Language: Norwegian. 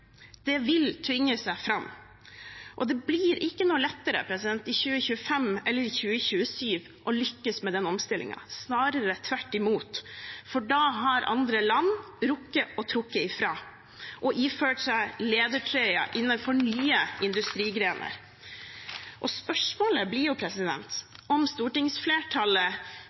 Det vil tvinge seg fram. Det blir ikke noe lettere i 2025 eller 2027 å lykkes med den omstillingen, snarere tvert imot, for da har andre land rukket å dra ifra og iført seg ledertrøya innenfor nye industrigrener. Spørsmålet blir om stortingsflertallet